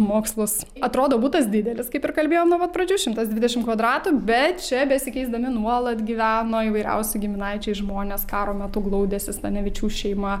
mokslus atrodo butas didelis kaip ir kalbėjom nuo pat pradžių šimtas dvidešimt kvadratų bet čia besikeisdami nuolat gyveno įvairiausi giminaičiai žmonės karo metu glaudėsi stanevičių šeima